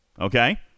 okay